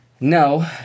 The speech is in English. No